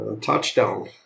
touchdown